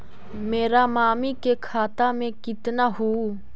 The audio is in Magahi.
मेरा मामी के खाता में कितना हूउ?